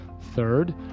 Third